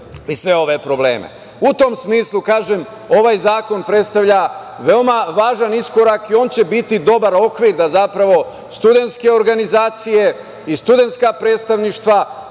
i sve ove probleme.U tom smislu kažem, ovaj zakon predstavlja veoma važan iskorak i on će biti dobar okvir da zapravo studentske organizacije i studentska predstavništva